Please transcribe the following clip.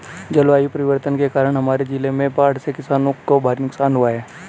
जलवायु परिवर्तन के कारण हमारे जिले में बाढ़ से किसानों को भारी नुकसान हुआ है